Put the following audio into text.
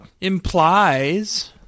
implies